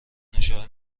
نوشابه